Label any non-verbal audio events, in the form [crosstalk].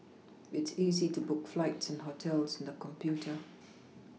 it's easy to book flights and hotels on the [noise] computer